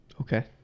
Okay